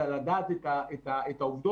אלא לדעת את העובדות.